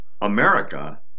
America